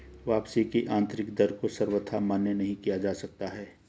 वापसी की आन्तरिक दर को सर्वथा मान्य नहीं किया जा सकता है